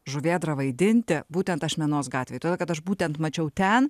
žuvėdrą vaidinti būtent ašmenos gatvėje todėl kad aš būtent mačiau ten